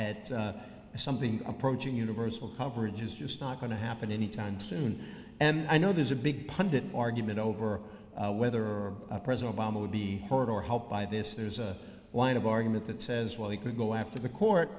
at something approaching universal coverage is just not going to happen anytime soon and i know there's a big pundit argument over whether or not president obama would be hurt or helped by this there's a line of argument that says well he could go after the court